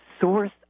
source